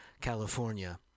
California